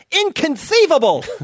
inconceivable